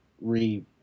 re